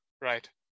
Right